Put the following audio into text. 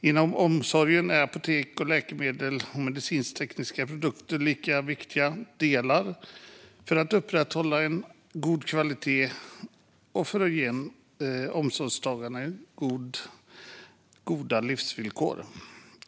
Inom omsorgen är apotek, läkemedel och medicintekniska produkter lika viktiga delar för att upprätthålla en god kvalitet och för att ge omsorgstagarna goda livsvillkor.